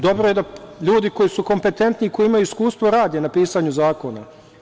Dobro je da ljudi koji su kompetentni i koji imaju iskustvo rade na pisanju zakona.